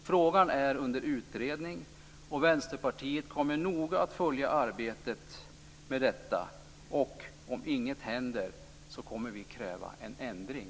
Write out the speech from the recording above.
Frågan är under utredning, och Vänsterpartiet kommer noga att följa arbetet. Om inget händer kommer vi att kräva en ändring.